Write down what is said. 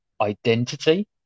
identity